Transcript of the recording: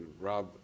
Rob